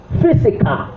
physical